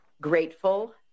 grateful